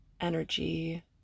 energy